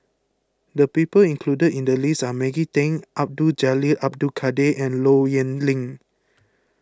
the people included in the list are Maggie Teng Abdul Jalil Abdul Kadir and Low Yen Ling